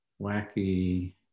wacky